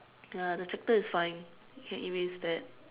ya the tractor is fine you can erase that